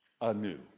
anew